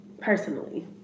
personally